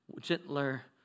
gentler